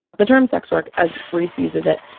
the term sex work, as reese uses it,